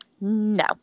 No